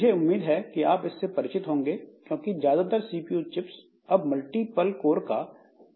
मुझे उम्मीद है कि आप इससे परिचित होंगे क्योंकि ज्यादातर CPU चिप्स अब मल्टीपल कोर का इस्तेमाल करती हैं